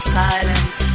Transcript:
silence